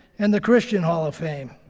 and the christian hall of fame.